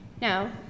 Now